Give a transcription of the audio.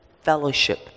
fellowship